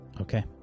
okay